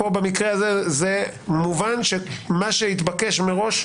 פה, במקרה הזה, זה מובן שמה שהתבקש מראש,